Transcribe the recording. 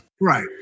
Right